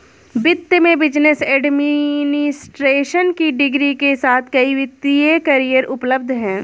वित्त में business administration की डिग्री के साथ कई वित्तीय करियर उपलब्ध हैं